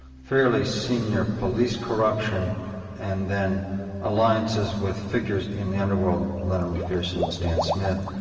fairly senior police corruption and then alliances with figures in the underworld, lennie mcpherson and stan smith,